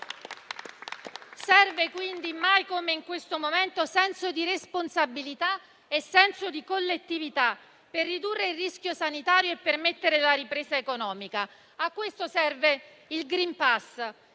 Serve quindi, mai come in questo momento, senso di responsabilità e di collettività per ridurre il rischio sanitario e permettere la ripresa economica. A questo serve il *green pass*